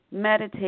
meditate